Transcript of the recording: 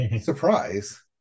surprise